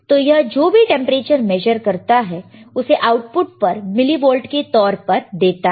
तो यह जो भी टेंपरेचर मेजर करता है उसे आउटपुट पर मिलीवोल्ट के तौर पर देता है